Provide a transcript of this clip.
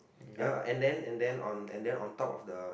uh and then and then on and then on top of the